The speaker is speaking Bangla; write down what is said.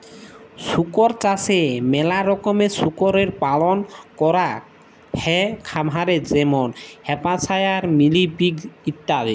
শুকর চাষে ম্যালা রকমের শুকরের পালল ক্যরাক হ্যয় খামারে যেমল হ্যাম্পশায়ার, মিলি পিগ ইত্যাদি